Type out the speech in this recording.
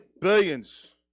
Billions